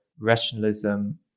rationalism